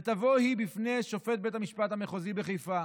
ותבוא היא בפני שופט בית המשפט המחוזי בחיפה,